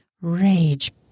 rage